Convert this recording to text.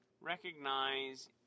recognize